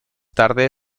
tarde